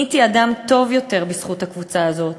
נהייתי אדם טוב יותר בזכות הקבוצה הזאת.